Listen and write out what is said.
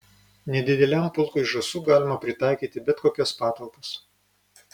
nedideliam pulkui žąsų galima pritaikyti bet kokias patalpas